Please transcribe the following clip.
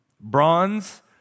Bronze